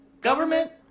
government